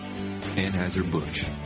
Anheuser-Busch